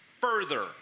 further